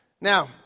Now